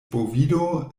bovido